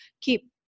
keep